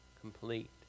complete